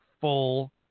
full